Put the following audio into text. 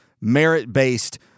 merit-based